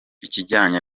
ikijyanye